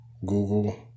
Google